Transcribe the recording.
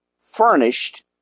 furnished